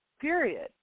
Period